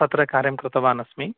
तत्र कार्यं कृतवानस्मि